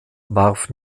warf